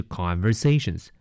conversations